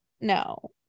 No